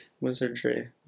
Wizardry